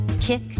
kick